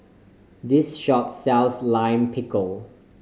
this shop sells Lime Pickle